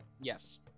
Yes